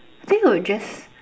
I think I would just